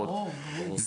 ברוך השם זה